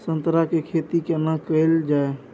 संतरा के खेती केना कैल जाय?